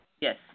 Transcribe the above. yes